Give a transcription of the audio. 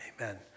Amen